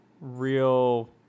real